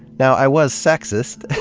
now, i was sexist,